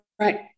Right